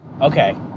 Okay